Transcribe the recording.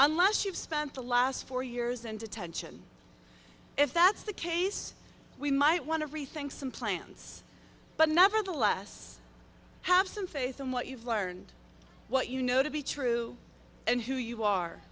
unless you've spent the last four years and attention if that's the case we might want to rethink some plans but nevertheless have some faith in what you've learned what you know to be true and who you are